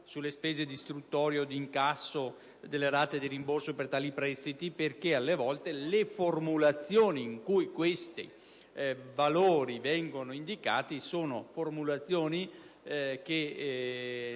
delle spese di istruttoria o di incasso delle rate di rimborso per tali prestiti, perché talvolta le formulazioni in cui questi valori vengono indicati nascondono aspetti